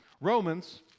Romans